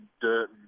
dirt